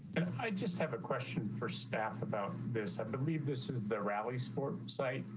i just have a question for staff about this. i believe this is the rally support site.